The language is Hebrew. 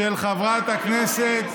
של חברת הכנסת